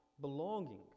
belonging